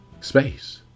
space